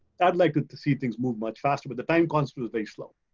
i'd like to see things move much faster but the time constant is very slow.